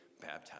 baptized